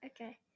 Okay